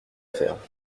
faire